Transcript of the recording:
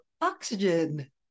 oxygen